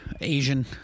Asian